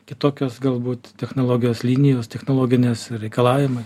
kitokios galbūt technologijos linijos technologinės reikalavimai